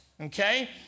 Okay